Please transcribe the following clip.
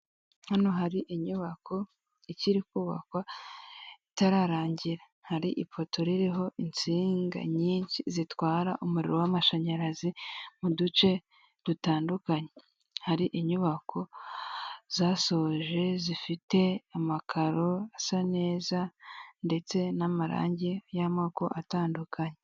Hano hari inyubako ikiri kubakwa itararangira hari ipoto ririho insinga nyinshi zitwara umuriro w'amashanyarazi mu duce dutandukanye hari inyubako zasoje zifite amakaro asa neza ndetse n'amarange y'amoko atandukanye.